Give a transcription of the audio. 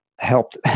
helped